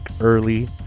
early